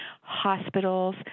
hospitals